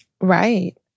Right